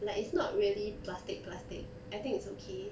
like it's not really plastic plastic I think it's okay